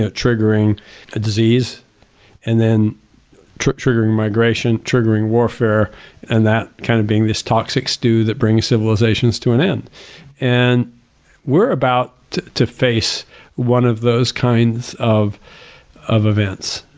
ah triggering a disease and then triggering migration, triggering warfare and that kind of being this toxic stew that brings civilizations to an end and we're about to face one of those kinds of of events.